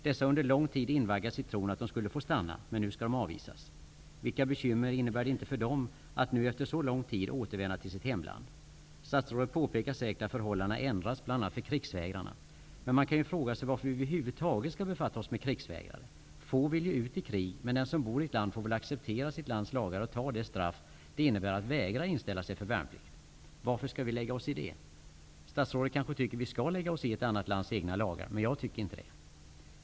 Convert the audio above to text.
De har under lång tid invaggats i tron att de skulle få stanna, men nu skall de alltså avvisas. Vilka bekymmer innebär det inte för dem att nu efter så lång tid återvända till sitt hemland. Statsrådet påpekar säkert att förhållandena ändrats, bl.a. för krigsvägrarna. Man kan ju fråga sig varför vi över huvud taget skall befatta oss med krigsvägrare. Få vill ju ut i krig, men den som bor i ett land får väl acceptera sitt lands lagar och ta det straff som det medför när man vägrar att inställa sig för värnplikt. Varför skall vi lägga oss i det? Statsrådet kanske tycker att vi skall lägga oss i ett annat lands lagar, men jag tycker inte det.